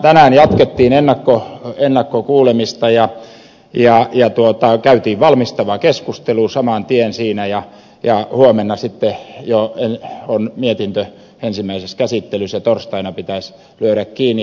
tänään jatkettiin ennakkokuulemista ja käytiin valmistava keskustelu saman tien ja huomenna sitten jo on mietintö ensimmäisessä käsittelyssä ja torstaina pitäisi lyödä kiinni